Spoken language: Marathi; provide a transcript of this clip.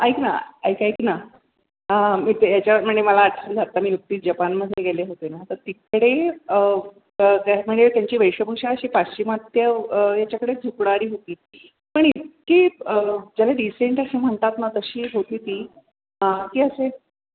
ऐक ना ऐक ऐक ना मी ते ह्याचं म्हणे मला आठवलं आता मी नुकतीच जपानमध्ये गेले होते ना तर तिकडे त्यात म्हणजे त्यांची वेशभूषा अशी पाश्चिमात्य याच्याकडे झुकणारी होती पण इतकी त्याला डिसेन्ट अशी म्हणतात ना तशी होती ती की अशी